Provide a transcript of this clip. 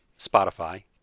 Spotify